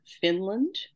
Finland